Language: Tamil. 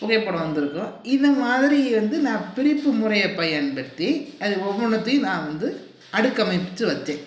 புகைபடம் வந்துருக்கும் இதுமாதிரி வந்து நான் பிரிப்பு முறையை பயன்படுத்தி அதை ஒவ்வொன்றுத்தையும் நான் வந்து அடுக்கு அமைச்சு வச்சேன்